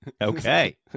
Okay